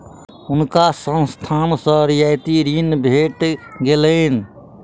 हुनका संस्थान सॅ रियायती ऋण भेट गेलैन